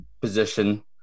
position